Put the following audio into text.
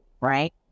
right